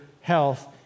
health